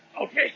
Okay